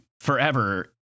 forever